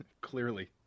clearly